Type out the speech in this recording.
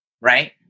Right